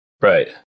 Right